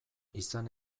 izan